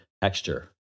texture